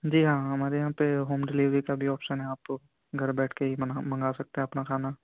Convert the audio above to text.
جی ہاں ہمارے یہاں پہ ہوم ڈلیوری کا بھی آپشن ہے آپ کو گھر بیٹھ کے ہی منگا سکتے ہیں اپنا کھانا